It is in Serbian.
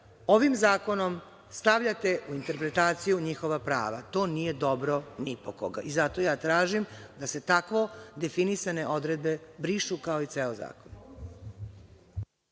ovim zakonom stavljate u interpretaciju njihova prava. To nije dobro ni po koga. Zato ja tražim da se tako definisane odredbe brišu, kao i ceo zakon.